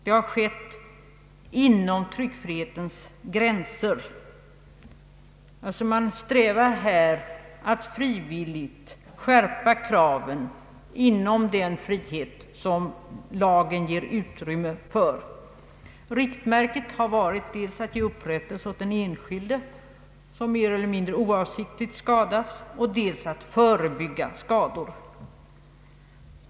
Man strävar alltså här att frivilligt skärpa kraven inom den frihet som lagen ger utrymme för. Riktmärket har varit dels att ge upprättelse åt den enskilde som mer eller mindre oavsiktligt skadas, dels att förebygga skador.